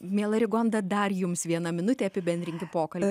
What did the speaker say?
miela rigonda dar jums viena minutė apibendrinkim pokalbį